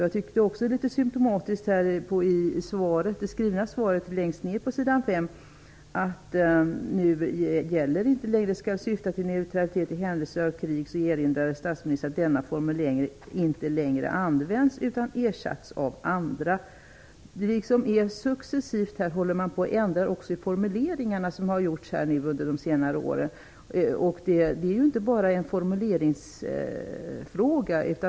Det är också litet symtomatiskt att statsministern längst ned på s. 5 i det skrivna svaret erinrade om att formuleringen ''skall syfta till neutralitet i händelse av krig'' inte längre används utan har ersatts av andra. Här har man under de senare åren successivt hållit på och ändrat i formuleringarna. Men detta är inte bara en formuleringsfråga.